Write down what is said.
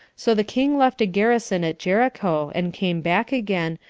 so the king left a garrison at jericho, and came back again,